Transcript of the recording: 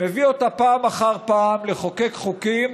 מביא אותה פעם אחר פעם לחוקק חוקים